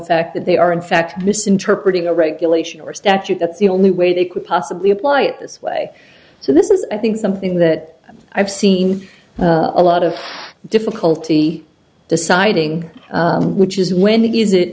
fact that they are in fact misinterpreting a regulation or statute that's the only way they could possibly apply it this way so this is i think something that i've seen a lot of difficulty deciding which is when it i